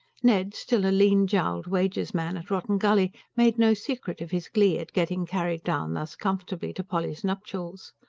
ned, still a lean-jowled wages-man at rotten gully, made no secret of his glee at getting carried down thus comfortably to polly's nuptials.